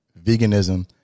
Veganism